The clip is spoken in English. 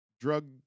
drug